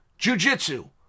jujitsu